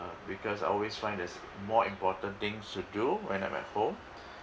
because I always find there's more important things to do when I'm at home